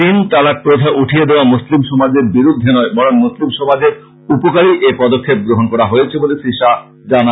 তিন তালাক প্রথা উঠিয়ে দেওয়া মুসলিম সমাজের বিরুদ্ধে নয় বরং মুসলিম সমাজের উপকারেই এ পদক্ষেপ গ্রহন করা হয়েছে বলে শ্রীশাহ জানান